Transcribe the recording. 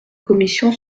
commission